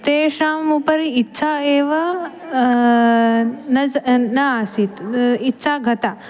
तेषाम् उपरि इच्छा एव न ज न आसीत् इच्छा गता